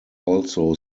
also